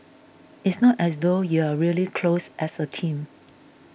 it's not as though you're really close as a team